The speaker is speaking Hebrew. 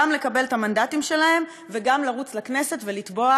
לקבל את המנדטים שלהם וגם לרוץ לכנסת ולתבוע,